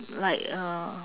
like a